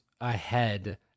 ahead